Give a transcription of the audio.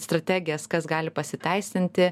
strategijas kas gali pasiteisinti